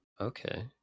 Okay